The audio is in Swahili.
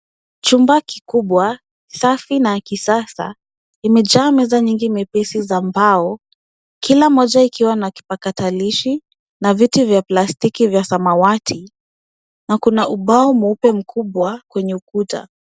Chumba kikubwa, safi na ya kisasa imejaa meza nyingi nyepesi za mbao. Kila moja ikiwa na kipakatalishi na viti vya plastiki vya samawati, na kuna ubao mweupe mkubwa kwenye ukuta.